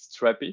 strappy